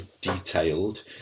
detailed